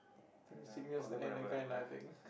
think this signals the end that kind lah I think